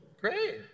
Great